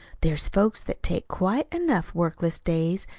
there is folks that take quite enough workless days,